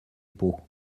pots